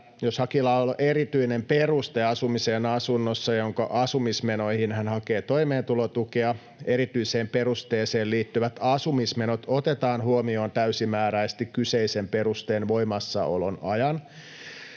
”jos hakijalla on erityinen peruste asumiseen asunnossa, jonka asumismenoihin hän hakee toimeentulotukea, erityiseen perusteeseen liittyvät asumismenot otetaan huomioon täysimääräisesti kyseisen perusteen voimassaolon ajan”.